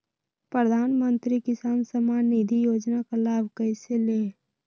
प्रधानमंत्री किसान समान निधि योजना का लाभ कैसे ले?